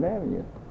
Avenue